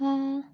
ஹா